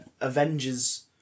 Avengers